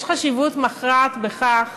יש חשיבות מכרעת לכך